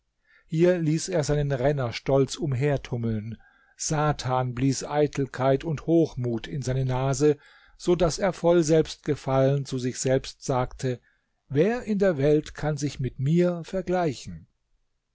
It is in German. hier ließ er seinen renner stolz umhertummeln satan blies eitelkeit und hochmut in seine nase so daß er voll selbstgefallen zu sich selbst sagte wer in der welt kann sich mit mir vergleichen